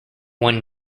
one